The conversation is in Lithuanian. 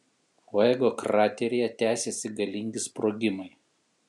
fuego krateryje tęsiasi galingi sprogimai